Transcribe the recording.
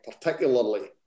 particularly